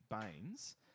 Baines